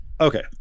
okay